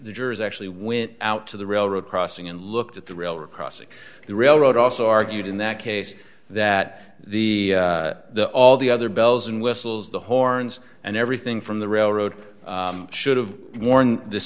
the jurors actually when out to the railroad crossing and looked at the railroad crossing the railroad also argued in that case that the the all the other bells and whistles the horns and everything from the railroad should have warned this